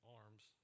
arms